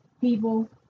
people